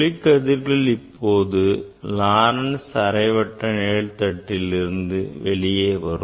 ஒளிக்கதிர்கள் இப்போது Laurent's அரைவட்ட நிழல்தட்டிலிருந்து வெளியே வரும்